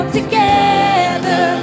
together